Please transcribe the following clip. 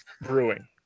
brewing